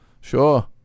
Sure